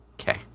Okay